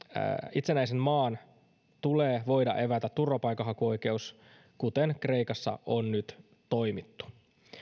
itsenäisen maan tulee voida evätä turvapaikanhakuoikeus kuten kreikassa nyt on toimittu